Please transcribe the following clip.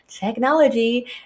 technology